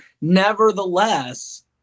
Nevertheless